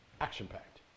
action-packed